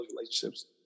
relationships